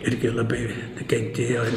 irgi labai nukentėjo